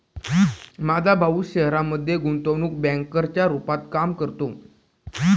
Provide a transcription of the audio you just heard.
माझा भाऊ शहरामध्ये गुंतवणूक बँकर च्या रूपात काम करतो